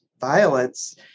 violence